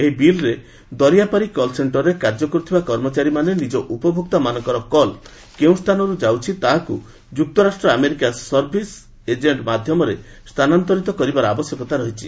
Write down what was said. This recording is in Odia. ଏହି ବିଲ୍ରେ ଦରିଆପାରି କଲ୍ ସେଷ୍ଟରରେ କାର୍ଯ୍ୟ କରୁଥିବା କର୍ମଚାରୀମାନେ ନିଜ ଉପଭୋକ୍ତାମାନଙ୍କର କଲ୍ କେଉଁସ୍ଥାନରୁ ଯାଉଛି ତାହାକୁ ଯୁକ୍ତରାଷ୍ଟ୍ର ଆମେରିକା ସର୍ଭିସ୍ ଏଜେଣ୍ଟ ମାଧ୍ୟମରେ ସ୍ଥାନାନ୍ତରିତ କରିବାର ଆବଶ୍ୟକତା ରହିଛି